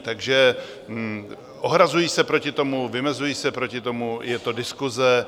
Takže ohrazuji se proti tomu, vymezuji se proti tomu, je to diskuse.